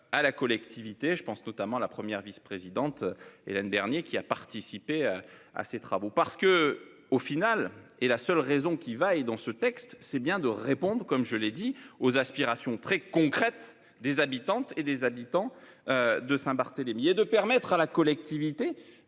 À la collectivité. Je pense notamment la première vice-présidente Hélène dernier qui a participé à ces travaux parce que au final et la seule raison qui vaille dans ce texte, c'est bien de répondre, comme je l'ai dit aux aspirations très concrète des habitantes et des habitants. De Saint-Barthélemy et de permettre à la collectivité,